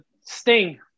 Sting